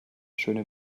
schöne